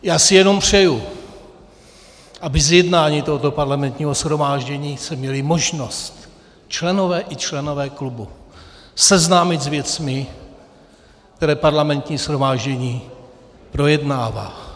Já si jenom přeju, aby z jednání tohoto parlamentního shromáždění se měli možnost členové, i členové klubu seznámit s věcmi, které parlamentní shromáždění projednává.